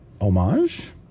homage